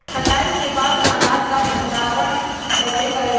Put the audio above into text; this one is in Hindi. कटाई के बाद अनाज का भंडारण कैसे करें?